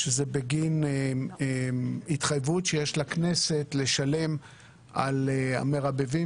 שזה בגין התחייבות שיש לכנסת לשלם על המרבבים